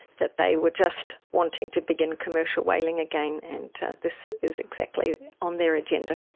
that they were just wanting to begin commercial whaling again, and this is exactly on their agenda.